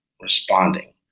responding